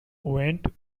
went